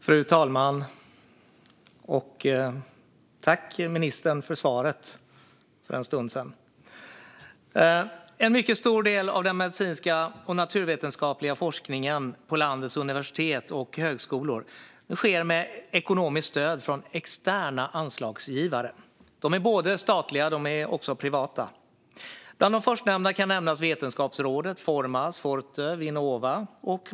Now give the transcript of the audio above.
Fru talman! Tack, ministern, för svaret för en stund sedan! En mycket stor del av den medicinska och naturvetenskapliga forskningen på landets universitet och högskolor sker med ekonomiskt stöd från externa anslagsgivare, både statliga och privata. Bland de förstnämnda kan nämnas Vetenskapsrådet, Formas, Forte och Vinnova.